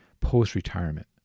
post-retirement